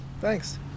Thanks